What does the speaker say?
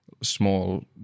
small